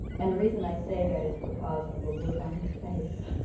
and the reason i say that is because of the look on his face,